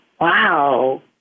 wow